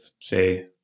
say